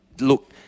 Look